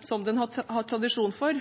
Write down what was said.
– som denne